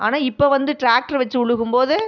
ஆனால் இப்போ வந்து ட்ராக்ட்ரை வெச்சு உழுகும் போது